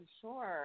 sure